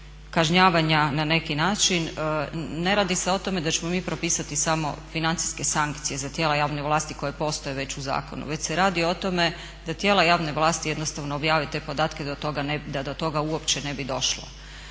kažnjavanja na neki način. Ne radi se o tome da ćemo mi propisati samo financijske sankcije za tijela javne vlasti koje postoje već u zakonu već se radi o tome da tijela javne vlasti jednostavno objavi te podatke da do toga uopće ne bi došlo.